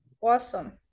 Awesome